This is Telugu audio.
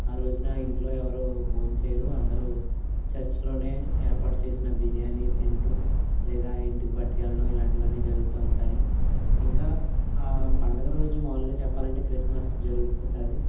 ఆ రోజున ఇంట్లో ఎవరు భోంచేయరు అందరూ చర్చిలోనే ఏర్పాటు చేసిన బిర్యాని తింటూ లేదా ఇంటికి పట్టికెళ్ళడం ఇలాంటివన్నీ జరుగుతూ ఉంటాయి ఇంకా ఆ పండగ రోజు మాములుగా చెప్పాలంటే క్రిస్మస్ జరుగుతుంది